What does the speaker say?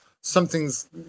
something's